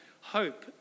hope